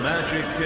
Magic